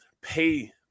pay